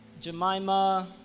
Jemima